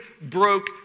broke